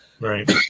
Right